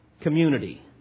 community